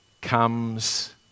comes